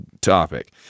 topic